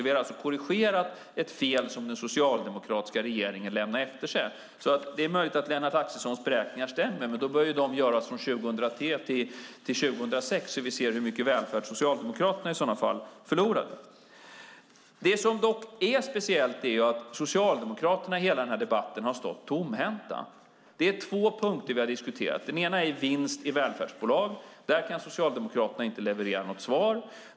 Vi har därmed korrigerat ett fel som den socialdemokratiska regeringen lämnade efter sig. Det är möjligt att Lennart Axelssons beräkningar stämmer, men då bör de göras från 2003 till 2006 så att vi kan se hur mycket välfärd Socialdemokraterna i sådana fall förlorade. Det som dock är speciellt är att Socialdemokraterna i hela den här debatten har stått tomhänta. Vi har diskuterat två punkter. Den ena är vinst i välfärdsbolag. Där kan Socialdemokraterna inte leverera något svar.